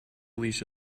leash